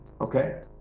Okay